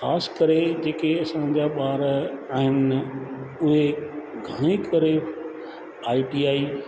ख़ासि करे जेके असांजा ॿार आहिनि उहे घणी करे आई टी आई